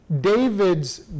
David's